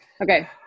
okay